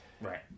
Right